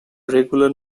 regular